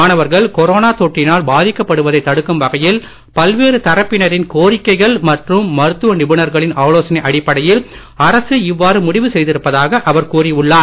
மாணவர்கள் கொரோனா தொற்றினால் பாதிக்கப்படுவதை தடுக்கும் வகையில் பல்வேறு தரப்பினரின் கோரிக்கைகள் மற்றும் மருத்துவ நிபுணர்களின் ஆலோசனை அடிப்படையில் அரசு இவ்வாறு முடிவு செய்திருப்பதாக அவர் கூறி உள்ளார்